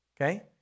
okay